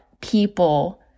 people